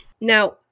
Now